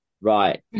Right